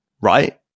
right